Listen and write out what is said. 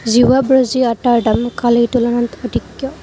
জিৱা বজ্ৰী আটাৰ দাম কালিৰ তুলনাত অধিক কিয়